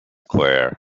clair